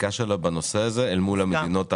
החקיקה שלה בנושא הזה אל מול המדינות האחרות.